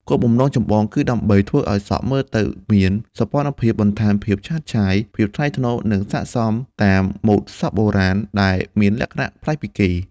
គោលបំណងចម្បងគឺដើម្បីធ្វើឱ្យសក់មើលទៅមាន សោភ័ណភាព បន្ថែមភាពឆើតឆាយ ភាពថ្លៃថ្នូរ និងស័ក្តិសមតាម ម៉ូដសក់បុរាណ ដែលមានលក្ខណៈប្លែកពីគេ។